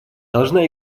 должна